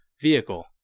vehicle